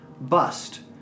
bust